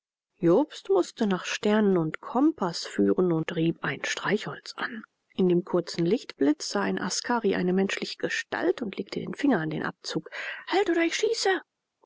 jobst mußte nach sternen und kompaß führen und rieb ein streichholz an in dem kurzen lichtblitz sah ein askari eine menschliche gestalt und legte den finger an den abzug halt oder ich schieße